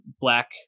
black